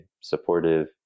supportive